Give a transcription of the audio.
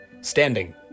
standing